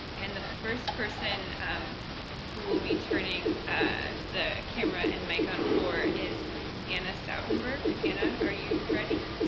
and the first person um who we'll be turning and the camera and mic on for is anna soutenberg. anna, are you ready?